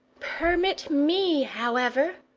permit me, however,